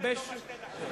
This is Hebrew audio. מייד בתום שתי הדקות.